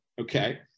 okay